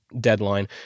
deadline